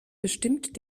bestimmt